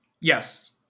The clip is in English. Yes